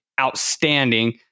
outstanding